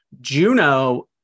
Juno